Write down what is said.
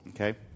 Okay